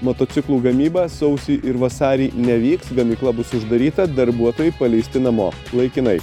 motociklų gamyba sausį ir vasarį nevyks gamykla bus uždaryta darbuotojai paleisti namo laikinai